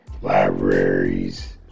libraries